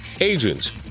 agents